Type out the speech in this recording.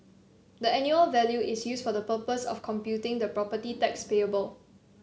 the annual value is used for the purpose of computing the property tax payable